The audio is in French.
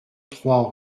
trois